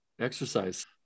exercise